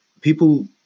people